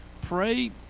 pray